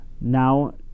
now